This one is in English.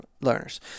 learners